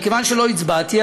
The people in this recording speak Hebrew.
מכיוון שלא הצבעתי,